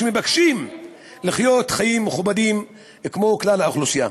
שמבקשים לחיות חיים מכובדים כמו כלל האוכלוסייה.